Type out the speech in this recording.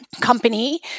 company